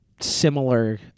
similar